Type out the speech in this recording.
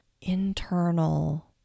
internal